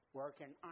working